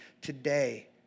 today